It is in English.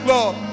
Lord